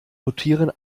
rotieren